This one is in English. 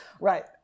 right